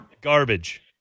Garbage